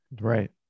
Right